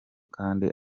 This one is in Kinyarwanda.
kandi